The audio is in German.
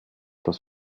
das